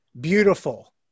beautiful